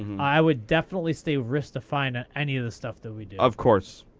i would definitely stay risk defined on any of the stuff that we do. of course.